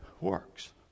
works